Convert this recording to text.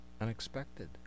unexpected